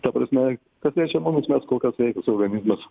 ta prasme kas liečia mumis mes kol kas sveikas organizmas